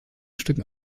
stücken